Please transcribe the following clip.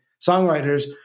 songwriters